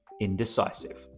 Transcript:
Indecisive